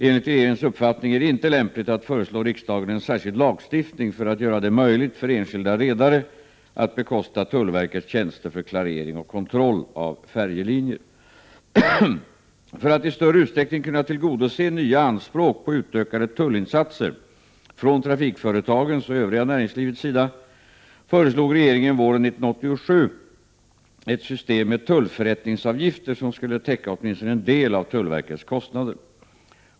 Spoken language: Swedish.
Enligt regeringens uppfattning är det inte lämpligt att föreslå riksdagen en särskild lagstiftning för att göra det möjligt för enskilda redare att bekosta tullverkets tjänster för klarering och kontroll av färjelinjer. För att i större utsträckning kunna tillgodose nya anspråk på utökade tullinsatser från trafikföretagens och övriga näringslivets sida föreslog regeringen våren 1987 ett system med tullförrättningsavgifter som skulle täcka åtminstone en del av tullverkets kostnader.